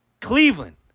Cleveland